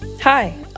Hi